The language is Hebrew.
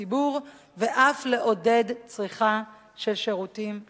לציבור ואף לעודד צריכה של שירותים אלו.